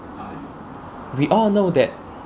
we all know that